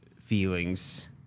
feelings